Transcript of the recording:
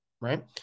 right